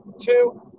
two